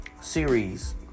series